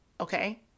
Okay